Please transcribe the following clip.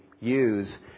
use